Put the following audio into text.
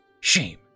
shame